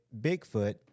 Bigfoot